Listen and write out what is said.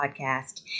podcast